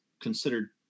considered